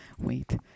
Wait